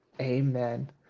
amen